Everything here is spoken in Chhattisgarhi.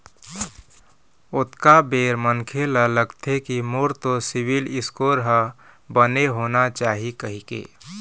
ओतका बेर मनखे ल लगथे के मोर तो सिविल स्कोर ह बने होना चाही कहिके